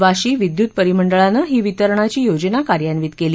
वाशी विद्युत परिमंडळानं ही वितरणाची योजना कार्यान्वित केली